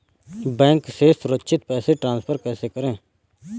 Bank से सुरक्षित पैसे ट्रांसफर कैसे करें?